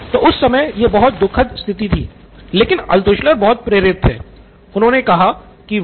तो उस समय यह बहुत दुखद स्थिति थी लेकिन अल्त्शुलर बेहद प्रेरित थे उन्होने खुद से कहा कि वाह